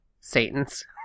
Satans